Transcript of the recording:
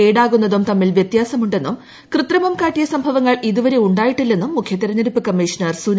കേടാകുന്നതും തമ്മിൽ പ്പൃത്യാ്സമുണ്ടെന്നും കൃത്രിമം കാട്ടിയ സംഭവങ്ങൾ ഇതുപ്പ്രെ ഉണ്ടായിട്ടില്ലെന്നും മുഖ്യ തെരഞ്ഞെടുപ്പ് കമ്മീഷ്ണർ സുനിൽ അറോറ്